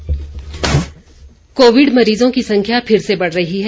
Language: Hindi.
कोविड संदेश कोविड मरीजों की संख्या फिर से बढ़ रही है